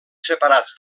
separats